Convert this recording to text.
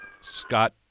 Scott